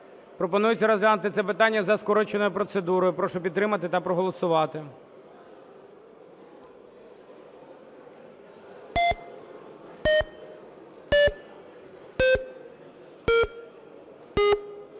Пропонується розглянути це питання за скороченою процедурою. Прошу підтримати та проголосувати.